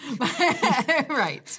Right